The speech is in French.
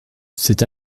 cet